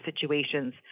situations